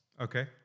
okay